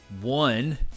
one